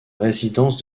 résidence